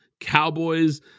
Cowboys